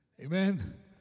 Amen